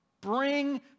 Bring